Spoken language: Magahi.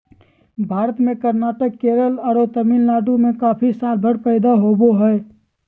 भारत में कर्नाटक, केरल आरो तमिलनाडु में कॉफी सालभर पैदा होवअ हई